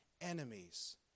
enemies